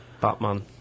batman